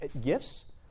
gifts